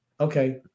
Okay